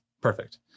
perfect